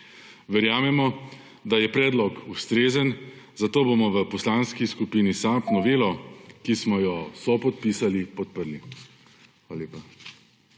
Verjamemo, da je predlog ustrezen, zato bomo v Poslanski skupini SAB novelo, ki smo jo sopodpisali, podprli.